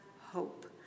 hope